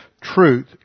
truth